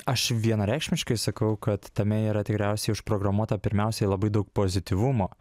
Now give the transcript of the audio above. aš vienareikšmiškai sakau kad tame yra tikriausiai užprogramuota pirmiausiai labai daug pozityvumo